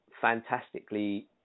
fantastically